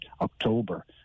October